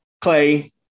Clay